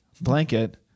blanket